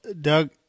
Doug